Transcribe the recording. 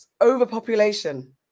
overpopulation